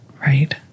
Right